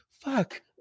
Fuck